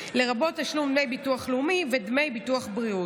לרבות תשלום דמי ביטוח לאומי ודמי ביטוח בריאות.